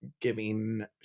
giving